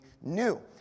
new